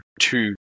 two